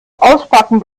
auspacken